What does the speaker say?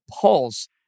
Pulse